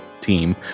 team